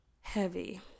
heavy